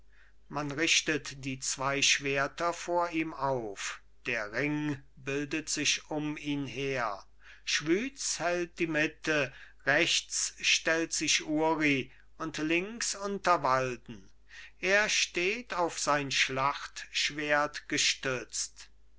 man richtet die schwerter vor ihm auf der ring bildet sich um ihn her schwyz hält die mitte rechts stellt sich uri und links unterwalden er steht auf sein schlachtschwert gestützt